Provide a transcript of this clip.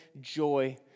joy